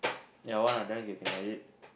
ya one of them is getting married